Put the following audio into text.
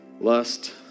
lust